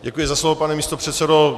Děkuji za slovo, pane místopředsedo.